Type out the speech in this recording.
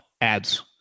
ads